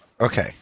Okay